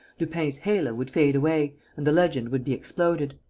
lupin's halo would fade away and the legend would be exploded.